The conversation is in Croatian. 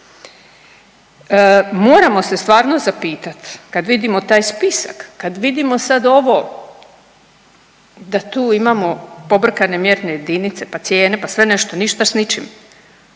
Moramo se stvarno zapitat kad vidimo taj spisak, kad vidimo sad ovo da tu imamo pobrkane mjerne jedinice, pa cijene, pa sve nešto, ništa s ničim,